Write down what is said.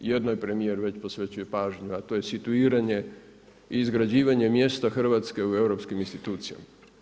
Jednoj je premijer već posvećuje pažnju, a to je situiranje i izgrađivanje mjesta Hrvatske u europskim institucijama.